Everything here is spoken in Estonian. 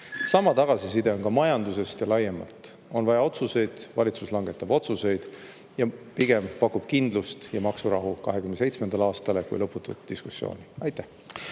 Sama tagasiside on tulnud ka majandusest ja laiemalt. On vaja teha otsuseid ja valitsus langetab otsuseid. Pigem pakub see kindlust ja maksurahu 2027. aastal, mitte lõputut diskussiooni. Aitäh!